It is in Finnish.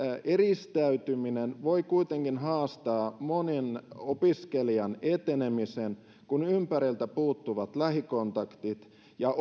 eristäytyminen voi kuitenkin haastaa monen opiskelijan etenemisen kun ympäriltä puuttuvat lähikontaktit ja